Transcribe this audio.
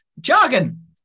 Jargon